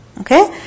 Okay